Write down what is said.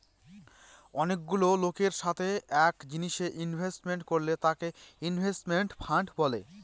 অনেকগুলা লোকের সাথে এক জিনিসে ইনভেস্ট করলে তাকে ইনভেস্টমেন্ট ফান্ড বলে